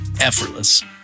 effortless